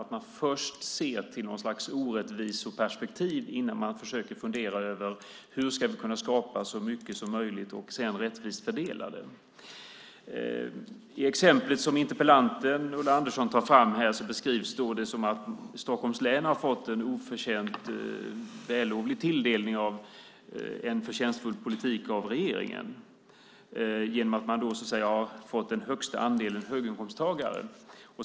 Man ser först till något slags orättviseperspektiv innan man försöker fundera över hur vi ska kunna skapa så mycket som möjligt och sedan rättvist fördela det. I exemplet som interpellanten Ulla Andersson tar fram beskrivs det som att Stockholms län har fått en oförtjänt vällovlig tilldelning av en förtjänstfull politik av regeringen genom att man har fått den största andelen höginkomsttagare.